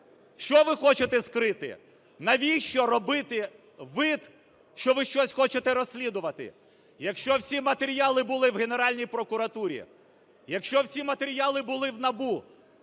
Що ви хочете скрити? Навіщо робити вид, що ви щось хочете розслідувати, якщо всі матеріали були в Генеральній прокуратурі, якщо всі матеріали були в НАБУ,